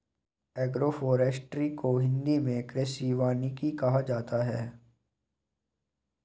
agroforestry को हिंदी मे कृषि वानिकी कहा जाता है